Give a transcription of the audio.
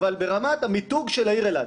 אבל ברמת המיתוג של העיר אילת